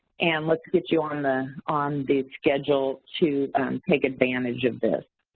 and let's get you on the on the schedule to take advantage of this.